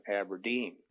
Aberdeen